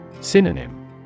Synonym